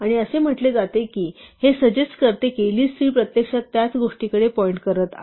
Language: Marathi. आणि असे म्हटले जाते की हे सजेस्ट करते की list3 प्रत्यक्षात त्याच गोष्टीकडे पॉईंट करत आहे